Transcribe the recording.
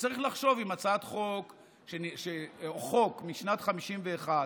צריך לחשוב אם חוק משנת 1951,